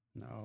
No